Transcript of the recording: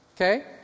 Okay